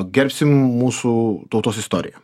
gerbsim mūsų tautos istoriją